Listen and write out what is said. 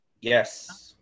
Yes